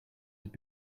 have